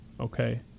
okay